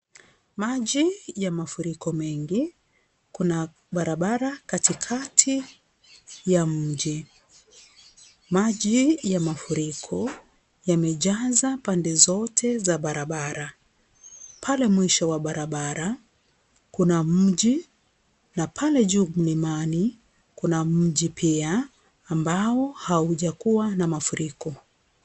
Maji ya mafuriko mengi, kuna barabara katikati ya mji. Maji ya mafuriko yamejaza pande zote za barabara. Pale mwisho wa barabara kuna mji, na pale juu mlimani kuna mji pia ambao haujakuwa na mafuriko.